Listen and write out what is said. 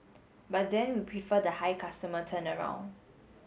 but then we prefer the high customer turnaround